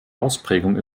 ausprägung